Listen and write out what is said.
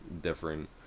different